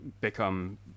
become